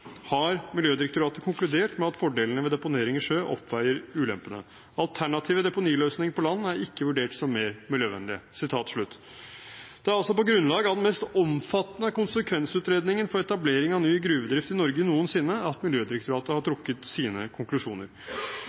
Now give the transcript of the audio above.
har direktoratet konkludert med at fordelene ved deponering i sjø oppveier ulempene. Alternative deponiløsninger på land er ikke vurdert som mer miljøvennlige.» Det er altså på grunnlag av «den mest omfattende konsekvensutredningen for etablering av ny gruvedrift i Norge noensinne» at Miljødirektoratet har trukket sine konklusjoner.